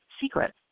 secret